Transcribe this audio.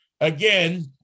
again